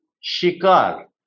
shikar